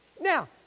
Now